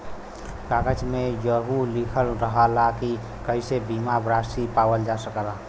कागज में यहू लिखल रहला की कइसे बीमा रासी पावल जा सकला